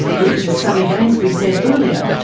which, as sally gainsbury said earlier,